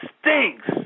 stinks